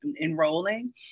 enrolling